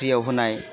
फ्रियाव होनाय